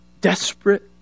desperate